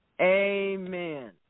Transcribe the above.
Amen